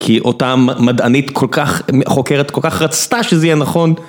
כי אותה מדענית חוקרת כל כך רצתה שזה יהיה נכון